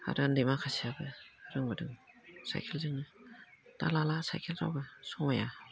आरो उन्दै माखासेयाबो रोंबोदों साइकेलजोंनो दा रोंबोदों साइकेलजोंनो दा लाला साइकेल रावबो समाया